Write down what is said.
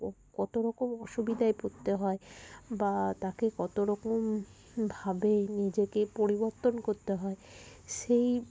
কত রকম অসুবিধায় পরতে হয় বা তাকে কত রকম ভাবে নিজেকে পরিবর্তন করতে হয় সেই